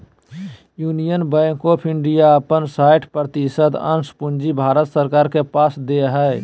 union bank of India अपन साठ प्रतिशत अंश पूंजी भारत सरकार के पास दे हइ